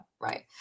right